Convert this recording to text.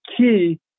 key